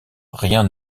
rien